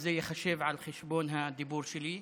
וזה ייחשב על חשבון הדיבור שלי.